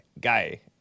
guy